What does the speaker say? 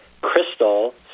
Crystal